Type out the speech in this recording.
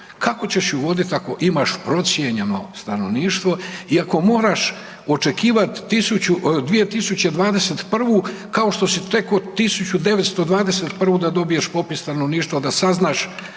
kako ćeš ju vodit ako imaš procijenjeno stanovništvo i ako moraš očekivati 2021. kao što si tek od 1921. da dobiješ popis stanovništva da saznaš